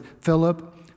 Philip